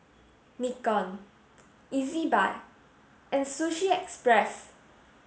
Nikon Ezbuy and Sushi Express